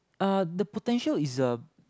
uh the potential is a